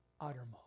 uttermost